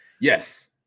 Yes